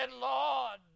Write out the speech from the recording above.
Lord